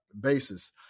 basis